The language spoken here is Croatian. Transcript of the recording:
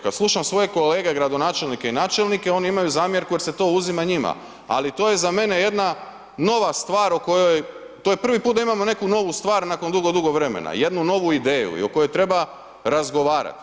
Kada slušam svoje kolege gradonačelnike i načelnike oni imaju zamjerku jer se to uzima njima, ali to je za mene jedna nova stvar o kojoj, to je prvi put da imamo neku novu stvar nakon dugo, dugo vremena, jednu novu ideju o kojoj treba razgovarati.